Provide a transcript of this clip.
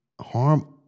harm